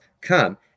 come